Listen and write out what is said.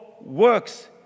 works